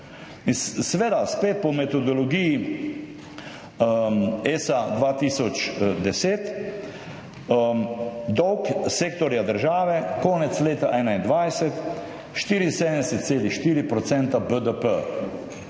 Seveda po metodologiji ESA 2010 dolg sektorja države konec leta 2021 74,4 % BDP.